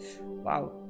Wow